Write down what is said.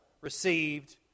received